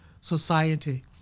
society